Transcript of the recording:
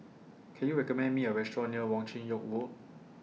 Can YOU recommend Me A Restaurant near Wong Chin Yoke Walk